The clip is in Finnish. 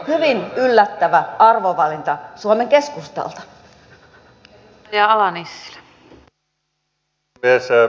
hyvin yllättävä arvovalinta suomen keskustalta